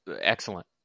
excellent